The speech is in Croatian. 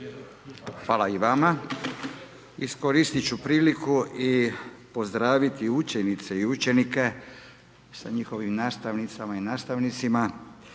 Hvala i vama, iskoristit ću priliku i pozdraviti učenice i učenike s njihovim nastavnicama i nastavnicima